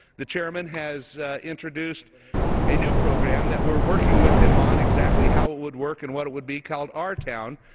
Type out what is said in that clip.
the chairman has introduced a new program that we're working with him on, exactly how it would work and what it would be, called our town,